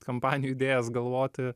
kampanijų idėjas galvoti